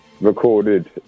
recorded